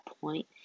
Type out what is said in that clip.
point